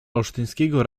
olsztyńskiego